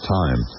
time